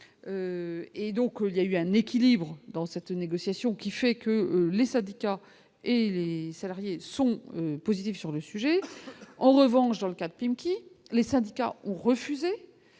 Et donc il y a eu un équilibre dans cette négociation qui fait que les syndicats et salariés sont positives sur le sujet, en revanche, dans le cas de prime qui les syndicats ont refusé